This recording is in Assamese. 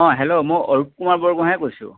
অঁ হেল্ল' মই অৰূপ কুমাৰ বৰগোহাঁয়ে কৈছোঁ